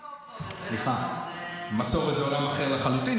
סליחה, מסורת זה עולם אחר לחלוטין.